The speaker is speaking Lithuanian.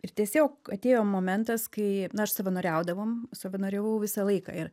ir tiesiog atėjo momentas kai aš savanoriaudavom savanoriavau visą laiką ir